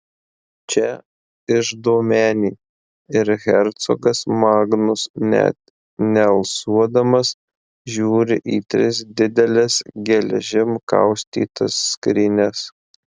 čia iždo menė ir hercogas magnus net nealsuodamas žiūri į tris dideles geležim kaustytas skrynias